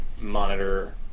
monitor